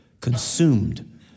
consumed